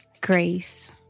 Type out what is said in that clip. grace